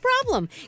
problem